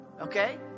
Okay